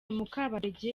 mukabadege